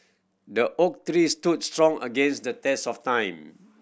the oak tree stood strong against the test of time